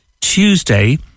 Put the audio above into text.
Tuesday